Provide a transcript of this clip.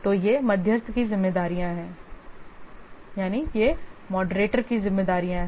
तो ये मॉडरेटर की जिम्मेदारियां हैं